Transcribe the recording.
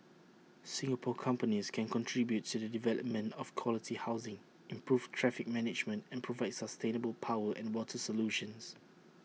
Singapore companies can contribute to the development of quality housing improve traffic management and provide sustainable power and water solutions